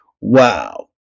wow